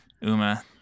Uma